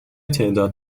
تعداد